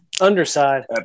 Underside